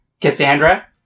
Cassandra